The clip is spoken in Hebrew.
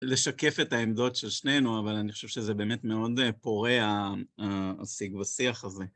לשקף את העמדות של שנינו, אבל אני חושב שזה באמת מאוד פורה הסיג והשיח הזה.